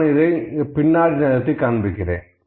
நான் இதை பின்னாடி நகர்த்துகிறேன்